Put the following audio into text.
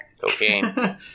Cocaine